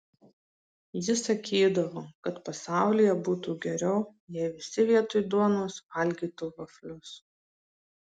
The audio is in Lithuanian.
ji sakydavo kad pasaulyje būtų geriau jei visi vietoj duonos valgytų vaflius